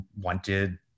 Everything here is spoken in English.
wanted